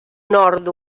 nord